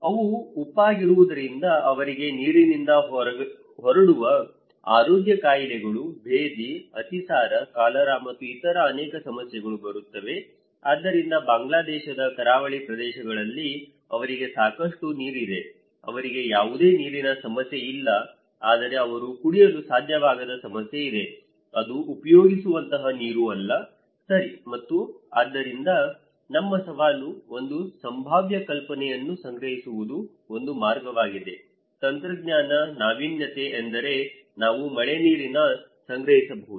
ಅವು ಉಪ್ಪಾಗಿರುವುದರಿಂದ ಅವರಿಗೆ ನೀರಿನಿಂದ ಹರಡುವ ಆರೋಗ್ಯ ಕಾಯಿಲೆಗಳು ಭೇದಿ ಅತಿಸಾರ ಕಾಲರಾ ಮತ್ತು ಇತರ ಅನೇಕ ಸಮಸ್ಯೆಗಳು ಬರುತ್ತವೆ ಆದ್ದರಿಂದ ಬಾಂಗ್ಲಾದೇಶದ ಕರಾವಳಿ ಪ್ರದೇಶಗಳಲ್ಲಿ ಅವರಿಗೆ ಸಾಕಷ್ಟು ನೀರಿದೆ ಅವರಿಗೆ ಯಾವುದೇ ನೀರಿನ ಸಮಸ್ಯೆ ಇಲ್ಲ ಆದರೆ ಅವರು ಕುಡಿಯಲು ಸಾಧ್ಯವಾಗದ ಸಮಸ್ಯೆ ಇದೆ ಇದು ಉಪಯೋಗಿಸುವಂತಹ ನೀರು ಅಲ್ಲ ಸರಿ ಮತ್ತು ಆದ್ದರಿಂದ ನಮ್ಮ ಸವಾಲು ಒಂದು ಸಂಭಾವ್ಯ ಕಲ್ಪನೆಯನ್ನು ಸಂಗ್ರಹಿಸುವುದು ಒಂದು ಮಾರ್ಗವಾಗಿದೆ ತಂತ್ರಜ್ಞಾನ ನಾವೀನ್ಯತೆ ಎಂದರೆ ನಾವು ಮಳೆನೀರನ್ನು ಸಂಗ್ರಹಿಸಬಹುದು